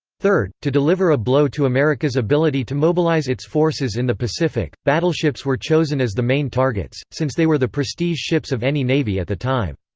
third, to deliver a blow to america's ability to mobilize its forces in the pacific, battleships were chosen as the main targets, since they were the prestige ships of any navy at the time.